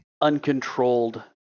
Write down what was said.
uncontrolled